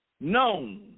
known